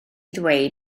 ddweud